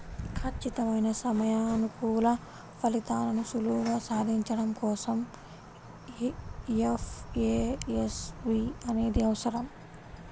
ఖచ్చితమైన సమయానుకూల ఫలితాలను సులువుగా సాధించడం కోసం ఎఫ్ఏఎస్బి అనేది అవసరం